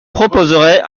proposerai